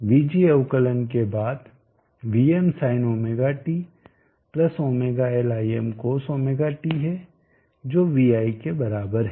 vg अवकलन के बाद Vmsinωt ωL Imcosωt है जो vi के बराबर है